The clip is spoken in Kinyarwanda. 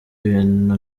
ibintu